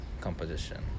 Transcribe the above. composition